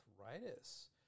arthritis